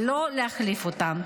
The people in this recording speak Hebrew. ולא להחליף אותה.